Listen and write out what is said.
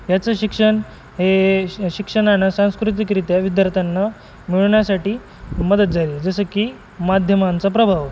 याचं शिक्षण हे श शिक्षणाना सांस्कृतिकरित्या विद्यार्थ्यांना मिळवण्यासाठी मदत झाली जसं की माध्यमांचा प्रभाव